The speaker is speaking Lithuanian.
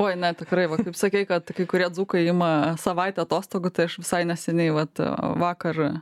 oi ne tikrai kaip sakei kad kai kurie dzūkai ima savaitę atostogų tai aš visai neseniai vat vakar